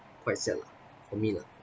quite sad lah for me lah